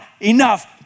enough